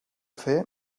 fer